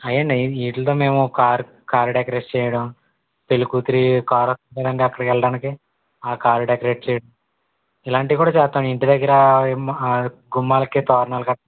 అవే అండి వీటీతో మేము కార్ కార్ డెకరేట్ చేయడం పెళ్ళి కూతురు కార్ వస్తుంది కదండి అక్కడికి వెళ్ళడానికి ఆ కార్ డెకరేట్ చే ఇలాంటివి కూడా చేస్తాం ఇంటి దగ్గర గుమ్మాలకి తోరణాలు కట్టడం